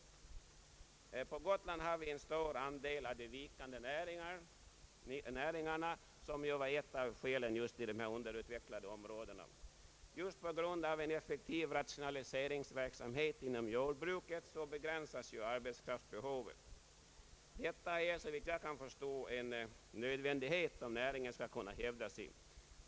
På Gotland har vi en stor del av de s.k. vikande näringarna, som ju var ett av skälen till att ett område skall hänföras till gruppen underutvecklade områden. Just på grund av en effektiv rationaliseringsverksamhet inom jordbruket kan = arbetskraftsbehovet = begränsas. Detta är såvitt jag kan förstå nödvändigt om näringen skall kunna hävda sig.